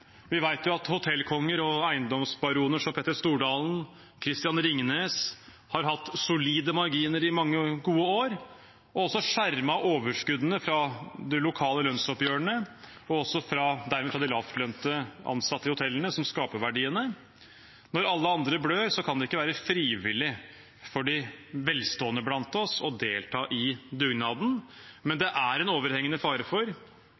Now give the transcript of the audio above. Vi vet jo at hotellkonger og eiendomsbaroner som Petter Stordalen og Christian Ringnes har hatt solide marginer i mange gode år og også skjermet overskuddene fra de lokale lønnsoppgjørene og dermed fra de lavtlønte ansatte i hotellene som skaper verdiene. Når alle andre blør, kan det ikke være frivillig for de velstående blant oss å delta i dugnaden, men det er en overhengende fare for